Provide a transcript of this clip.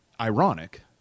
Ironic